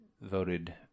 voted